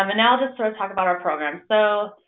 um and i'll just sort of talk about our program. so,